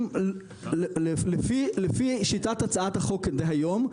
לפי שיטת הצעת החוק היום,